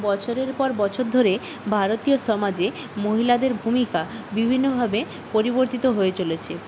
বছরের পর বছর ধরে ভারতীয় সমাজে মহিলাদের ভূমিকা বিভিন্নভাবে পরিবর্তিত হয়ে চলেছে